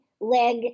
leg